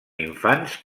infants